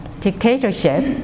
dictatorship